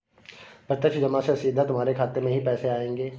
प्रत्यक्ष जमा से सीधा तुम्हारे खाते में ही पैसे आएंगे